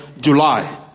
July